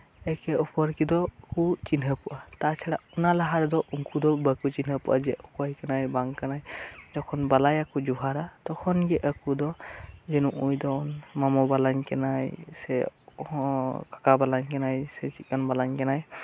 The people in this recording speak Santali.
ᱮᱠᱮ ᱚᱯᱚᱨ ᱠᱚᱫᱚᱠᱚ ᱪᱤᱱᱟᱦᱟᱹᱯᱚᱜᱼᱟ ᱛᱟᱪᱷᱟᱲᱟ ᱚᱱᱟ ᱞᱟᱦᱟᱨᱮᱫᱚ ᱩᱱᱠᱩᱫᱚ ᱵᱟᱠᱚ ᱪᱤᱱᱦᱟᱹᱯᱚᱜᱼᱟ ᱡᱮ ᱚᱠᱚᱭ ᱠᱟᱱᱟᱭ ᱵᱟᱝ ᱠᱟᱱᱟᱭ ᱡᱚᱠᱷᱚᱱ ᱵᱟᱞᱟᱭᱟ ᱠᱚ ᱡᱚᱦᱟᱨᱟ ᱛᱚᱠᱷᱚᱱ ᱜᱮ ᱟᱠᱚᱫᱚ ᱡᱮ ᱱᱩᱠᱩ ᱫᱚ ᱢᱟᱢᱚ ᱵᱟᱞᱟᱧ ᱠᱟᱱᱟᱭ ᱥᱮ ᱠᱟᱠᱟ ᱵᱟᱞᱟᱧ ᱠᱟᱱᱟᱭ ᱥᱮ ᱪᱮᱫ ᱞᱮᱠᱟᱱ ᱵᱟᱞᱟᱧ ᱠᱟᱱᱟᱭ